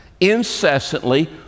incessantly